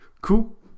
cool